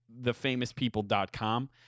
thefamouspeople.com